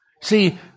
see